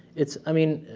it's, i mean,